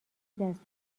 دست